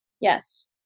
Yes